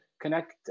connect